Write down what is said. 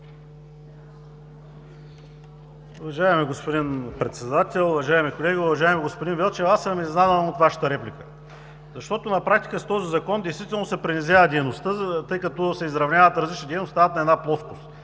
господин Председател, уважаеми колеги! Уважаеми господин Велчев, аз съм изненадан от Вашата реплика, защото на практика с този закон действително се принизява дейността, тъй като се изравняват различни дейности и стават на една плоскост.